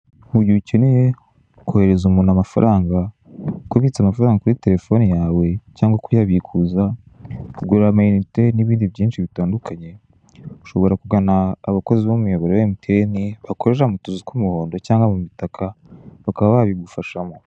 Mu gihe ukeneye koherereza umuntu amafaranga, kubitsa amafaranga kuri telefone yawe cyangwa kuyabikuza, kugura amayinite n'ibindi byinshi bitandukanye ushobora kugana abakozi b'umuyoboro wa emutiyeni bakorera mu tuzu tw'umuhondo cyangwa mu mitaka bakaba babigufashamo.